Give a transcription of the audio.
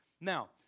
Now